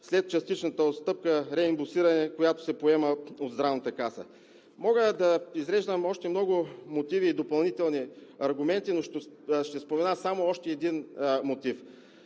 след частичната отстъпка – реимбурсиране, която се поема от Здравната каса. Мога да изреждам още много мотиви и допълнителни аргументи, но ще спомена само още един мотив.